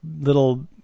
little